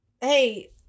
hey